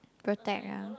protect ah